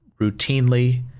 routinely